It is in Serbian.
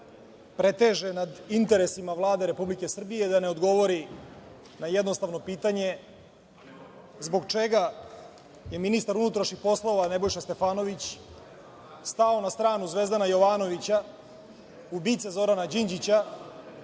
preteže nad interesima Vlade Republike Srbije da ne odgovori na jednostavno pitanje – zbog čega je ministar unutrašnjih poslova Nebojša Stefanović stao na stranu Zvezdana Jovanovića, ubice Zorana Đinđića,